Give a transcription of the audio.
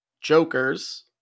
jokers